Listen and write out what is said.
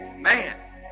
Man